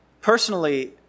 Personally